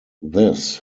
this